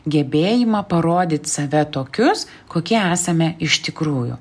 gebėjimą parodyt save tokius kokie esame iš tikrųjų